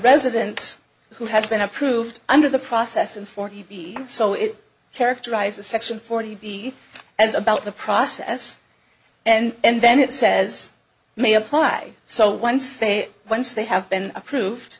resident who has been approved under the process and forty b so it characterizes section forty b as about the process and then it says may apply so once they once they have been approved